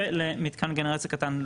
ולמתקן גנרציה קטן לא.